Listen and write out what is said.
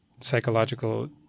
psychological